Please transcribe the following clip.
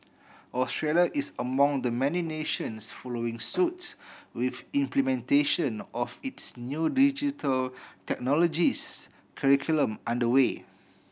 Australia is among the many nations following suit with implementation of its new Digital Technologies curriculum under way